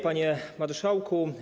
Panie Marszałku!